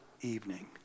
evening